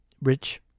Rich